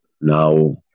now